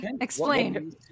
explain